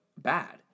Bad